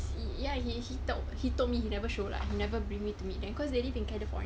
ya he he tell he told me he never show lah he never bring me to meet them cause they live in california